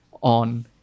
on